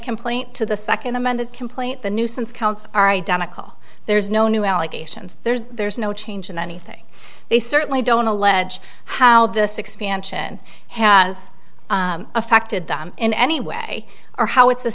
complaint to the second amended complaint the nuisance counts are identical there's no new allegations there's no change in anything they certainly don't allege how this expansion has affected them in any way or how it's a